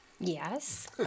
Yes